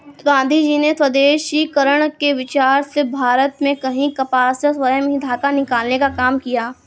गाँधीजी ने स्वदेशीकरण के विचार से भारत में ही कपास से स्वयं ही धागा निकालने का काम किया